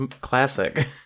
classic